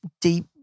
deep